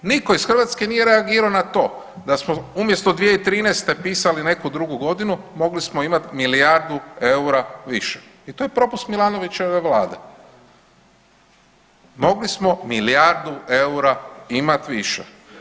Niko iz Hrvatske nije reagirao na to, da smo umjesto 2013. pisali neku drugu godinu mogli smo imat milijardu eura više i to je propust Milanovićeve vlade, mogli smo milijardu eura imat više.